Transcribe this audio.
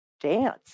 dance